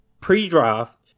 pre-draft